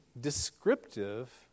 descriptive